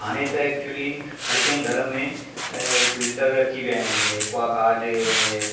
हाणे त एक्चुली हरि कंहिं घरु में फ़िल्टर अची विया आहिनि एक्वा गार्ड ऐं